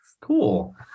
Cool